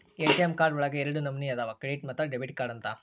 ATM card ಒಳಗ ಎರಡ ನಮನಿ ಅದಾವ ಕ್ರೆಡಿಟ್ ಮತ್ತ ಡೆಬಿಟ್ ಕಾರ್ಡ್ ಅಂತ